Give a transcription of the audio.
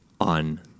on